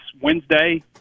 Wednesday